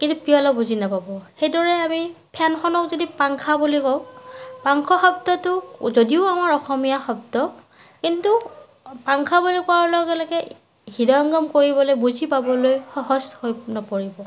কিন্তু পিয়লা বুজি নাপাব সেইদৰে আমি ফেনখনক যদি পাংখা বুলি কওঁ পাংখা শব্দটো যদিও আমাৰ অসমীয়া শব্দ কিন্তু পাংখা বুলি কোৱাৰ লগে লগে হৃদয়ঙ্গম কৰিবলৈ বুজি পাবলৈ সহজ হৈ নপৰিব